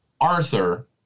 Arthur